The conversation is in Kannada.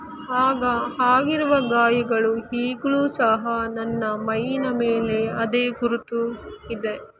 ಆಗ ಆಗಿರುವ ಗಾಯಗಳು ಈಗ್ಲೂ ಸಹ ನನ್ನ ಮೈಯಿನ ಮೇಲೆ ಅದೇ ಗುರುತು ಇದೆ